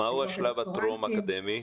מהו השלב הטרום אקדמי?